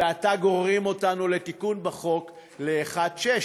ועתה גוררים אותנו לתיקון בחוק ל-1 ביוני,